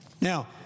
Now